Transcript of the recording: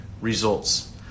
results